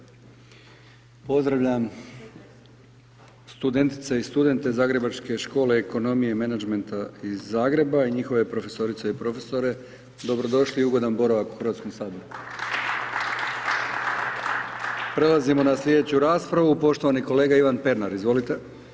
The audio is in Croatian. Pozdravljam studentice i studente Zagrebačke škole ekonomije i menadžmenta iz Zagreba i njihove profesorice i profesore, dobrodošli i ugodan boravak u Hrvatskom saboru. … Prelazimo na sljedeću raspravu, poštovani kolega Ivan Pernar, izvolite.